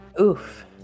Oof